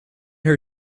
her